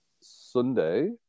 Sunday